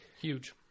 Huge